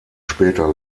später